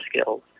skills